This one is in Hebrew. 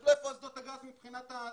תסתכלו איפה אסדות הגז מבחינת הזיהום.